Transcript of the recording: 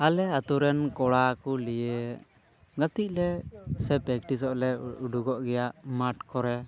ᱟᱞᱮ ᱟᱛᱳ ᱨᱮᱱ ᱠᱚᱲᱟ ᱠᱚ ᱞᱟᱹᱭ ᱜᱟᱛᱮᱜ ᱞᱮ ᱥᱮ ᱯᱮᱠᱴᱤᱥᱚᱜ ᱞᱮ ᱩᱰᱩᱠᱚᱜ ᱜᱮᱭᱟ ᱢᱟᱴᱷ ᱠᱚᱨᱮ